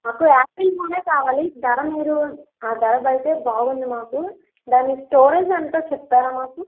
నాకు యాపిల్ ఫోనే కావాలి ధర మీరు ధర అయితే బాగుంది మాకు దాని స్టోరేజ్ ఎంతో చెప్తారా మాకు